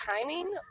timing